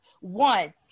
One